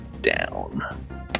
down